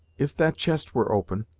if that chest were open,